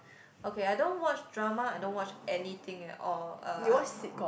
okay I don't watch drama I don't watch anything at all uh ah